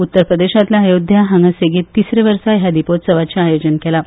उत्तर प्रदेशांतल्या अयोध्या हांगासर सेगीत तिसऱ्या वर्सा ह्या दिपोत्सवाचे आयोजन केलां